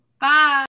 Bye